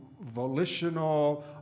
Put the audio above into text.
volitional